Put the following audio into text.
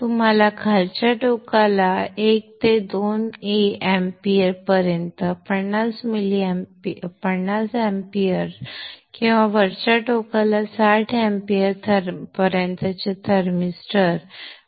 तुम्हाला खालच्या टोकाला 1 ते 2 amp पर्यंत 50 amps किंवा वरच्या टोकाला 60 amps पर्यंतचे थर्मिस्टर्स मिळू शकतात